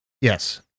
yes